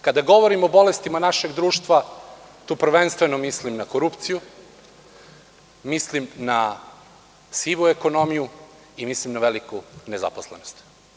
Kada govorim o bolestima našeg društva, tu prvenstveno mislim na korupciju, na sivu ekonomiju i na veliku nezaposlenost.